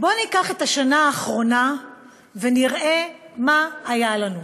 בוא ניקח את השנה האחרונה ונראה מה היה לנו.